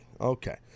Okay